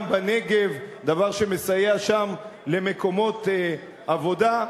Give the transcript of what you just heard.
גם בנגב, דבר שמסייע שם למקומות עבודה.